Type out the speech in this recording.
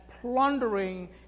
plundering